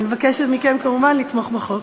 אני מבקשת מכם כמובן לתמוך בחוק.